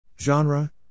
Genre